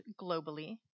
globally